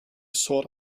sought